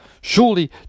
Surely